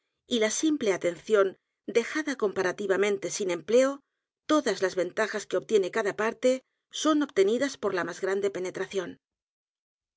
y la simple atención dejada comparativamente sin empleo todas las ventajas que obtiene cada parte son obtenidas por la más grande penetración